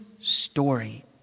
story